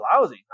lousy